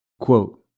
quote